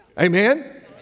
Amen